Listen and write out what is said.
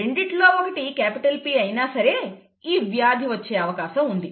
రెండిట్లో ఒకటి capital P అయినా సరే ఈ వ్యాధి వచ్చే అవకాశం ఉంది